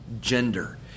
gender